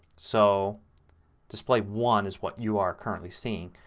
so display one is what you are currently seeing.